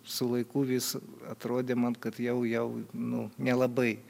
su laiku vis atrodė man kad jau jau nu nelabai